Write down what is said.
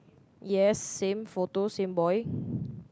yes same photo same boy